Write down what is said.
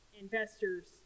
investors